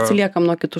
atsiliekame nuo kitų